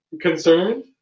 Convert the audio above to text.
Concerned